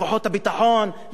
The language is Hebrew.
לכוחות הביטחון,